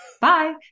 bye